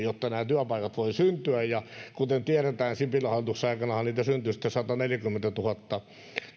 jotta nämä työpaikat voivat syntyä kuten tiedetään sipilän hallituksen aikanahan niitä syntyi sitten sataneljäkymmentätuhatta